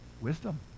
wisdom